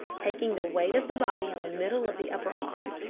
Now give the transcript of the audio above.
taking the weight of the body on the middle of the upper arm.